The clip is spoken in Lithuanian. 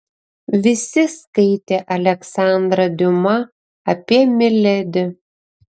visi skaitė aleksandrą diuma apie miledi